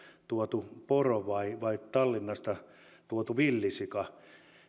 tuotu poro vai vai tallinnasta tuotu villisika